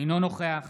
אינו נוכח